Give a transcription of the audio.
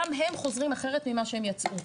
גם הם חוזרים אחרת ממה שהם יצאו.